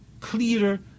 clearer